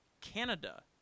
Canada